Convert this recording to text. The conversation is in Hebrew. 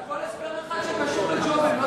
זה הכול הסבר אחד שקשור לג'ומס.